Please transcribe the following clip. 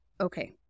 okay